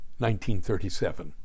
1937